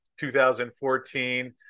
2014